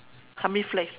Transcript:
how many flags